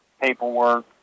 paperwork